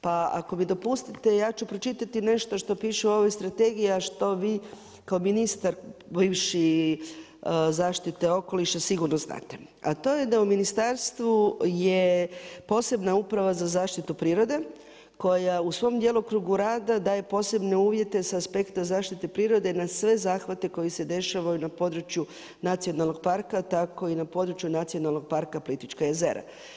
Pa ako mi dopustite ja ću pročitati nešto što piše u ovoj strategiji, a što vi kao ministar bivši zaštite okoliša sigurno znate, a to je da u ministarstvu je posebna Upravna za zaštitu prirode koja u svom djelokrugu rada daje posebne uvjete sa aspekta zaštite prirode na sve zahvate koji se dešavaju na području nacionalnog parka, tako i na području Nacionalnog parka Plitvička jezera.